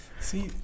See